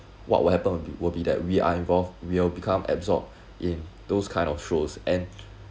what what happen would be that we are involved we'll become absorbed in those kind of shows and